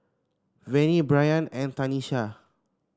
Vennie Brayan and Tanisha